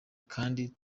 kandi